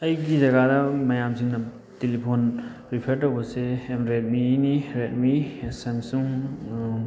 ꯑꯩꯒꯤ ꯖꯥꯒꯗ ꯃꯌꯥꯝꯁꯤꯡꯅ ꯇꯦꯂꯤꯐꯣꯟ ꯔꯤꯐꯔ ꯇꯧꯕꯁꯦ ꯔꯦꯗꯃꯤꯅꯤ ꯔꯦꯗꯃꯤ ꯁꯦꯝꯁꯨꯡ